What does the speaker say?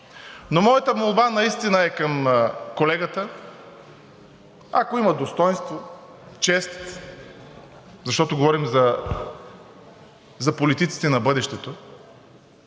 Но моята молба наистина е към колегата, ако има достойнство, чест, защото говорим за политиците на бъдещето